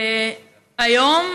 היום,